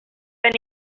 then